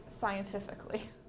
scientifically